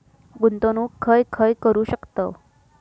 गुंतवणूक खय खय करू शकतव?